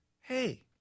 hey